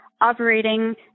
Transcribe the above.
operating